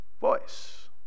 voice